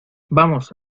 vamos